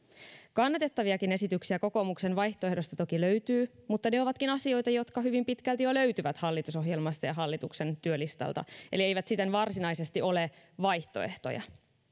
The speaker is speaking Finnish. kannatettaviakin esityksiä kokoomuksen vaihtoehdosta toki löytyy mutta ne ovatkin asioita jotka hyvin pitkälti jo löytyvät hallitusohjelmasta ja hallituksen työlistalta eli eivät siten varsinaisesti ole vaihtoehtoja